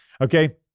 okay